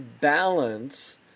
balance